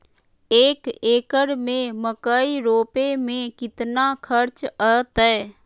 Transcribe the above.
एक एकर में मकई रोपे में कितना खर्च अतै?